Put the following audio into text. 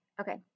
Okay